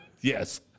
Yes